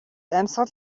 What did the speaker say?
амьсгал